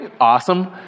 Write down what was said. awesome